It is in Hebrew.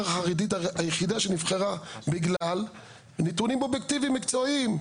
החרדית היחידה שנבחרה בגלל נתונים אובייקטיבים מקצועיים.